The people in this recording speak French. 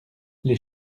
les